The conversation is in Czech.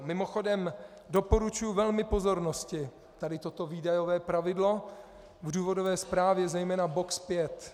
Mimochodem, doporučuji velmi pozornosti toto výdajové pravidlo, v důvodové zprávě zejména box pět.